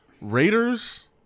Raiders